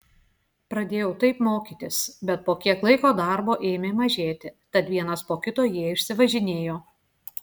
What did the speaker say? pradėjau taip mokytis bet po kiek laiko darbo ėmė mažėti tad vienas po kito jie išsivažinėjo